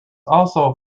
also